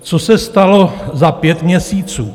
Co se stalo za pět měsíců.